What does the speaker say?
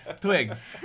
Twigs